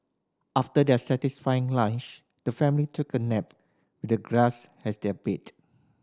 after their satisfying lunch the family took a nap the grass as their bed